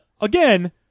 Again